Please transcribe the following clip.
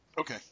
Okay